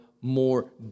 more